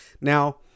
Now